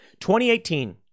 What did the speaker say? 2018